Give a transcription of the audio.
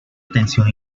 atención